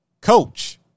Coach